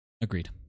Agreed